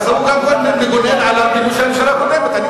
והוא גם מגונן על ראש הממשלה הקודמת.